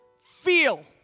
feel